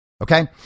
okay